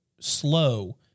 slow